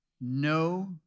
no